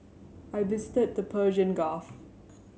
I visited the Persian Gulf